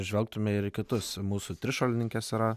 žvelgtume ir į kitus mūsų trišuolininkės yra